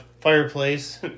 fireplace